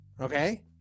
Okay